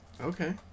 Okay